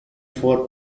for